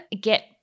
get